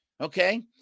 okay